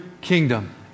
kingdom